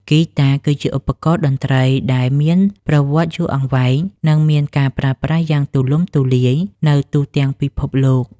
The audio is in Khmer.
ហ្គីតាគឺជាឧបករណ៍តន្ត្រីដែលមានប្រវត្តិយូរអង្វែង និងមានការប្រើប្រាស់យ៉ាងទូលំទូលាយនៅទូទាំងពិភពលោក។